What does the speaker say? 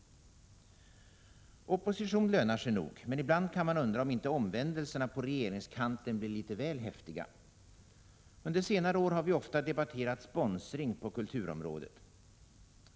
Opposition lönar sig nog, men ibland kan man undra om inte omvändelserna på regeringskanten blir litet väl häftiga. Under senare år har vi ofta debatterat sponsring på kulturområdet.